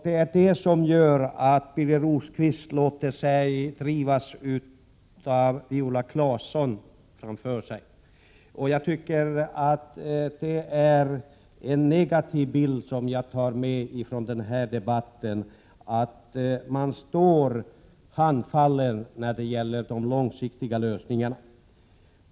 Det är det som gör att Birger Rosqvist låter sig drivas på av Viola Claesson. Det är en negativ bild som jag tar med mig från denna debatt. Det är en bild av att regeringen står handfallen i fråga om de långsiktiga lösningarna.